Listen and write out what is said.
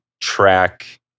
track